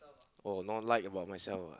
oh not like about myself ah